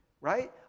right